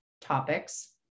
topics